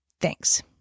Thanks